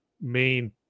main